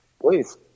Please